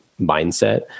mindset